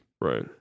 Right